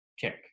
kick